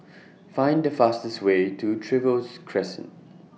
Find The fastest Way to Trevose Crescent